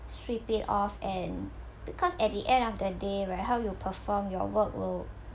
sweep it off and because at the end of the day right how you perform your work will